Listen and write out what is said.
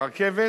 הרכבת